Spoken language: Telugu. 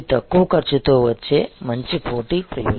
ఇవి తక్కువ ఖర్చుతో వచ్చే మంచి పోటీ ప్రయోజనాలు